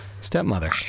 stepmother